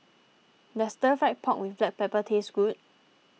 does Stir Fried Pork with Black Pepper taste good